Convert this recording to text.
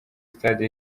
stade